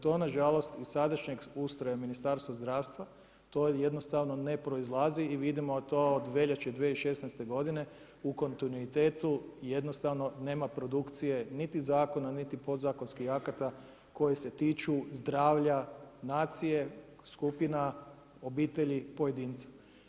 To nažalost, iz sadašnjeg ustroja Ministarstva zdravstva, to jednostavno ne proizlazi i vidimo to od veljače 2016. g. u kontinuitetu i jednostavno nema produkcije niti zakona niti podzakonskih akata, koji se tiču zdravlja nacije, skupina, obitelji, pojedinci.